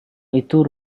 itu